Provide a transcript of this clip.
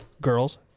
girls